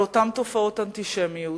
על אותן תופעות אנטישמיות,